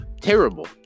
Terrible